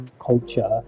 culture